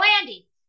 Andy